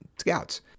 scouts